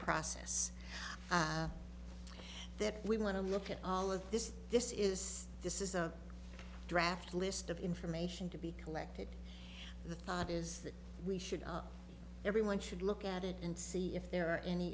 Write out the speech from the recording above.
process that we want to look at all of this this is this is a draft list of information to be collected the thought is that we should everyone should look at it and see if there are any